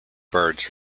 birds